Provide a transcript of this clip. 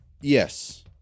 Yes